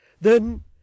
Then